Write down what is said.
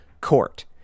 court